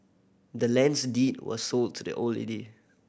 the land's deed was sold to the old lady